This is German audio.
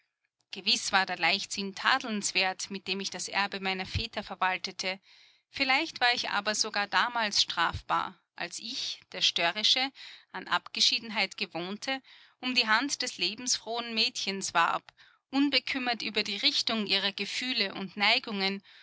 gewiß war der leichtsinn tadelnswert mit dem ich das erbe meiner väter verwaltete vielleicht war ich aber sogar damals strafbar als ich der störrische an abgeschiedenheit gewohnte um die hand des lebensfrohen mädchens warb unbekümmert über die richtung ihrer gefühle und neigungen